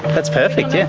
that's perfect, yes.